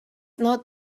not